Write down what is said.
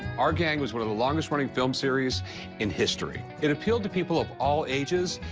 our gang was one of the longest running film series in history. it appealed to people of all ages,